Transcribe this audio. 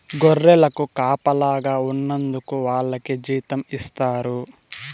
గొర్రెలకు కాపలాగా ఉన్నందుకు వాళ్లకి జీతం ఇస్తారు